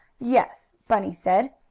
yes, bunny said,